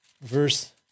verse